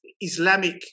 Islamic